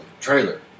trailer